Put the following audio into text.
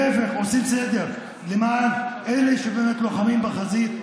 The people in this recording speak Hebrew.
להפך, עושים סדר למען אלה שבאמת לוחמים בחזית.